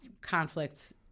conflicts